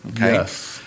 Yes